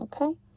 Okay